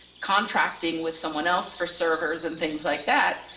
contracting with someone else for servers and things like that,